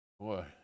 Boy